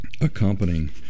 accompanying